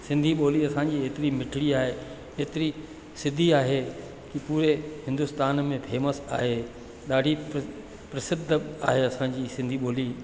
सिंधी ॿोली असांजी एतिरी मिठड़ी आहे एतिरी सिधी आहे कि पूरे हिंदुस्तान में फेमस आहे ॾाढी प्रसिद्ध आहे असांजी सिंधी ॿोली